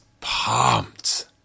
pumped